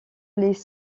les